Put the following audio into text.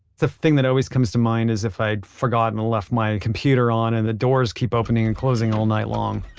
the thing that always comes to mind is if i'd forgotten and left my computer on and the doors keep opening and closing all night long.